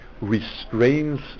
restrains